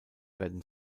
werden